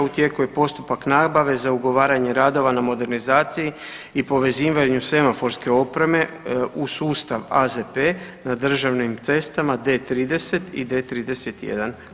U tijeku je postupak nabave za ugovaranje radova na modernizaciji i povezivanju semaforske opreme u sustav AZP na državnim cestama D30 i D31.